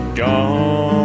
gone